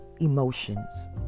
emotions